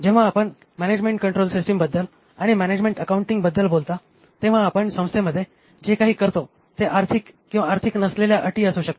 जेव्हा आपण management control सिस्टीमबद्दल आणि मॅनेजमेंट अकाउंटिंगबद्दल बोलता तेव्हा आपण संस्थेमध्ये जे काही करतो ते आर्थिक किंवा आर्थिक नसलेल्या अटी असू शकते